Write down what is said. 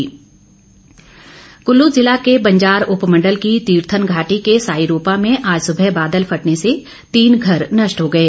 बादल फटा क़ल्लू जिला के बंजार उपमंडल की तीर्थन घाटी के साईरोपा में आज सुबह बादल फटने से तीन घर नष्ट हो गए